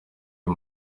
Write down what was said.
iyi